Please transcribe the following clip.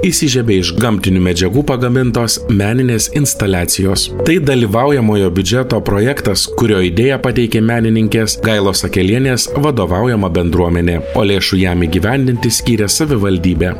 įsižiebė iš gamtinių medžiagų pagamintos meninės instaliacijos tai dalyvaujamojo biudžeto projektas kurio idėją pateikė menininkės gailos akelienės vadovaujama bendruomenė o lėšų jam įgyvendinti skyrė savivaldybė